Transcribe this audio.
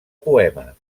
poemes